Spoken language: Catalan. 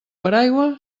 paraigua